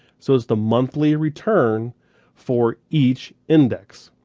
so it's the monthly return for each index.